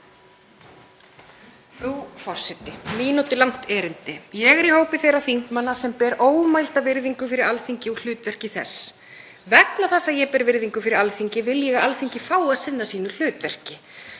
Frú forseti. Mínútulangt erindi. Ég er í hópi þeirra þingmanna sem bera ómælda virðingu fyrir Alþingi og hlutverki þess. Vegna þess að ég ber virðingu fyrir Alþingi vil ég að Alþingi fái að sinna hlutverki